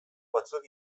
batzuek